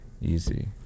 easy